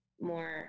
more